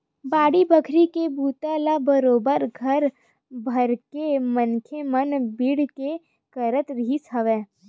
बाड़ी बखरी के बूता ल बरोबर घर भरके मनखे मन भीड़ के करत रिहिस हवय